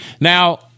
Now